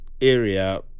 area